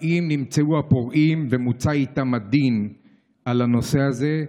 האם נמצאו הפורעים ומוצה אתם הדין בנושא הזה?